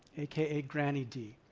aka granny d.